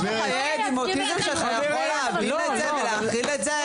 יש לך ילד עם אוטיזם שאתה יכול להבין את זה ולהכיל את זה?